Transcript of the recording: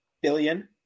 billion